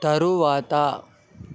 తరువాత